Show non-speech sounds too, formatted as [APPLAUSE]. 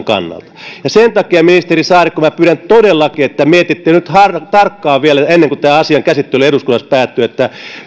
[UNINTELLIGIBLE] kannalta sen takia ministeri saarikko minä pyydän todellakin että mietitte nyt tarkkaan vielä ennen kuin tämä asian käsittely eduskunnassa päättyy